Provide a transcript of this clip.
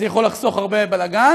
זה יכול לחסוך הרבה בלגן,